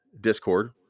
Discord